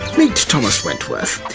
meet thomas wentworth.